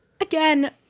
again